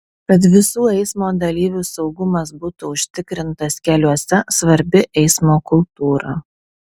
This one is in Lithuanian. kad visų eismo dalyvių saugumas būtų užtikrintas keliuose svarbi eismo kultūra